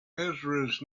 mrs